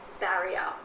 barrier